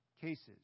cases